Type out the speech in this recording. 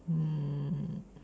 mm